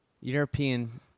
European